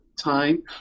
time